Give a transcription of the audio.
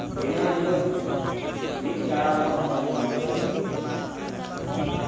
ᱫᱤᱱᱟᱹᱢ ᱦᱤᱞᱳᱜ ᱢᱤᱫ ᱴᱟᱲᱟᱝ ᱚᱠᱛᱚᱧ ᱮᱢᱟ ᱫᱟᱹᱧ ᱞᱟᱜᱤᱫ